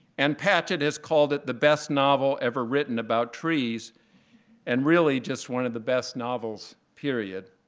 ann patchett has called it the best novel ever written about trees and, really, just one of the best novels, period.